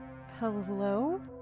Hello